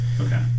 Okay